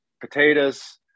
potatoes